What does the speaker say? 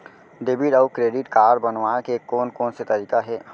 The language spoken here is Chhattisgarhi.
डेबिट अऊ क्रेडिट कारड बनवाए के कोन कोन से तरीका हे?